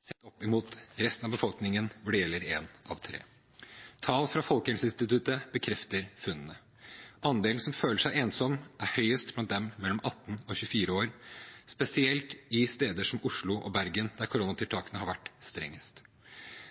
sett opp mot resten av befolkningen, hvor det gjelder en av tre. Tall fra Folkehelseinstituttet bekrefter funnene. Andelen som føler seg ensom, er høyest blant dem mellom 18 og 24 år, spesielt på steder som Oslo og Bergen, der koronatiltakene har vært strengest.